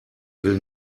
will